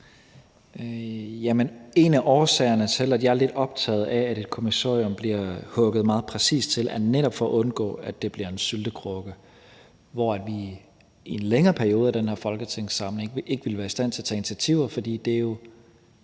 En af årsagerne til, at jeg er lidt optaget af, at et kommissorium bliver hugget meget præcist til, er netop, at vi skal at undgå, at det bliver en syltekrukke, hvor vi i en længere periode af den her folketingssamling ikke vil være i stand til at tage initiativer, fordi det jo